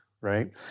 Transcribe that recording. right